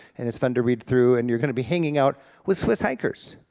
and it's fun to read through, and you're gonna be hanging out with swiss hikers.